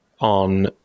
on